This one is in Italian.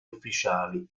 ufficiali